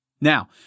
Now